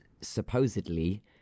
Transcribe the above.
supposedly